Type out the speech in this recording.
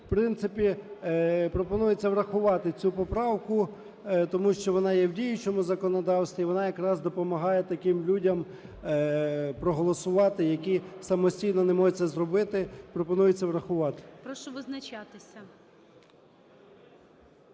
В принципі пропонується врахувати цю поправку. Тому що вона є в діючому законодавстві, вона якраз допомагає таким людям проголосувати, які самостійно не можуть це зробити. Пропонується врахувати. ГОЛОВУЮЧИЙ. Прошу визначатися.